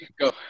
go